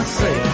say